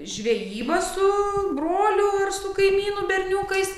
žvejyba su broliu ar su kaimynų berniukais